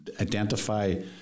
identify